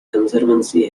conservancy